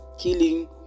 killing